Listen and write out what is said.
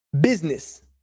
business